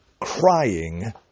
crying